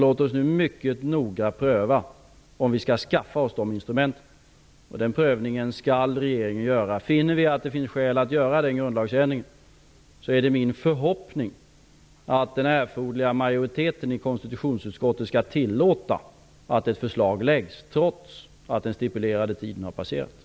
Låt oss nu mycket noga pröva om vi skall skaffa oss de instrumenten. Den prövningen skall regeringen göra. Finner vi att det finns skäl att göra en grundlagsändring, är det min förhoppning att den erforderliga majoriteten i konstitutionsutskottet skall tillåta att ett förslag läggs fram, trots att den stipulerade tiden har överskridits.